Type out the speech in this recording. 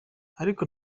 ariko